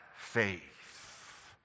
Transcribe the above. faith